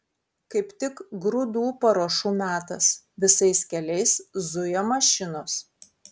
kaip tik grūdų paruošų metas visais keliais zuja mašinos